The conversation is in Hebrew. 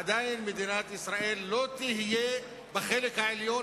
עדיין מדינת ישראל לא תהיה בחלק העליון,